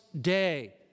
day